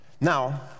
Now